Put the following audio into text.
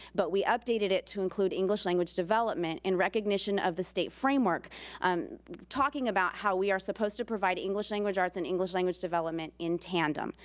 but we updated it to include english language development in recognition of the state framework, talking about how we are supposed to provide english language arts and english language development in tandem,